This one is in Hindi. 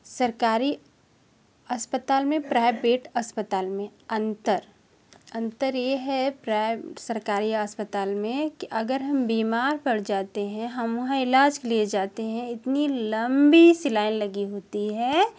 सरकारी अस्पताल में प्राइवेट अस्पताल में अंतर अंतर ये है प्राय सरकारी अस्पताल में कि अगर हम बीमार पड़ जाते हैं हम वहाँ इलाज के लिए जाते हैं इतनी लम्बी सी लाइन लगी होती है